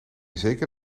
zeker